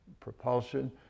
propulsion